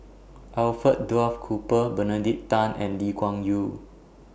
Alfred Duff Cooper Benedict Tan and Lee Kuan Yew